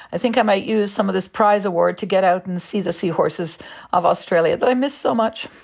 i think i might use some of this prize award to get out and see the seahorses of australia that i miss so much.